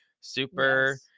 super